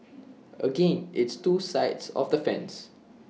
again it's two sides of the fence